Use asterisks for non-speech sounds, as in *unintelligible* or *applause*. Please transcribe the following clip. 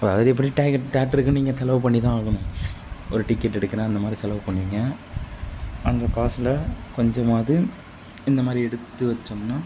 *unintelligible* அது தியேட்டருக்கு நீங்கள் செலவு பண்ணித்தான் ஆகணும் ஒரு டிக்கெட் எடுக்கணும் அந்த மாதிரி செலவு பண்ணுவீங்க அந்த காசில் கொஞ்சமாவது இந்த மாதிரி எடுத்து வைச்சோம்னா